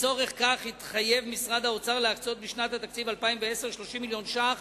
לצורך כך התחייב משרד האוצר להקצות בשנת התקציב 2010 30 מיליון ש"ח